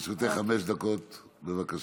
לרשותך חמש דקות, בבקשה.